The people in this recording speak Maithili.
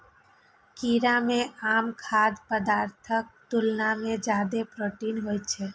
कीड़ा मे आम खाद्य पदार्थक तुलना मे जादे प्रोटीन होइ छै